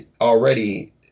already